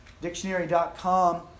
Dictionary.com